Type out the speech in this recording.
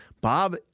Bob